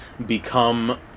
become